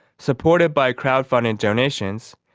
supported by crowdfunding donations,